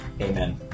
Amen